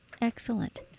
Excellent